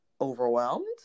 overwhelmed